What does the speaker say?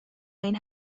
این